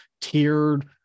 tiered